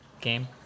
game